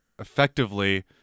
effectively